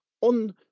on